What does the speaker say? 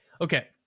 okay